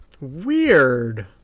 Weird